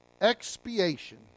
Expiation